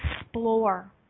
explore